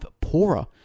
poorer